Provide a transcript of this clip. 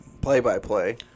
play-by-play